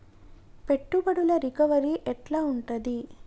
పెట్టుబడుల రికవరీ ఎట్ల ఉంటది?